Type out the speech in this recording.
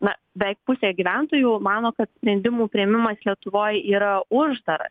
na beik pusė gyventojų mano kad sprendimų priėmimas lietuvoj yra uždaras